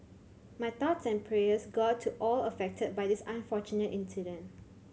my thoughts and prayers go out to all affected by this unfortunate incident